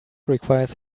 requires